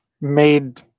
made